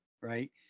right